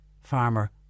Farmer